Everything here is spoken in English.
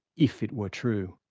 if it was true.